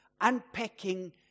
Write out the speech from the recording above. unpacking